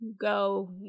go